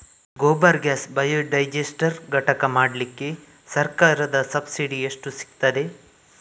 Gobar gas biodigester ಘಟಕ ಮಾಡ್ಲಿಕ್ಕೆ ಸರ್ಕಾರದ ಸಬ್ಸಿಡಿ ಎಷ್ಟು ಸಿಕ್ತಾದೆ?